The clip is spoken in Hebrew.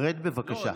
רד, בבקשה.